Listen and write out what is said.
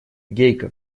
гейка